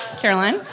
Caroline